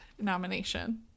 nomination